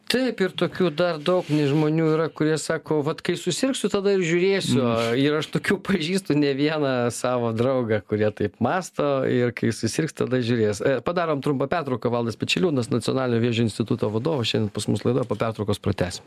taip ir tokių dar daug nei žmonių yra kurie sako vat kai susirgsiu tada ir žiūrėsiu ir aš tokių pažįstu ne vieną savo draugą kurie taip mąsto ir kai susirgs tada žiūrės padarom trumpą pertrauką valdas pečeliūnas nacionalinio vėžio instituto vadovas šiandien pas mus laidoje po pertraukos pratęsim